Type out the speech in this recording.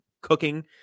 cooking